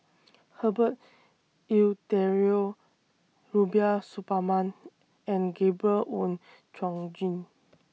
Herbert Eleuterio Rubiah Suparman and Gabriel Oon Chong Jin